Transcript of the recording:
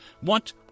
What